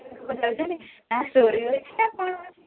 ନାଁ ଷ୍ଟୋରୀ ଅଛି ନା କ'ଣ ଅଛି